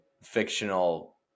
Fictional